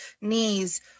knees